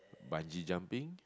bungee jumping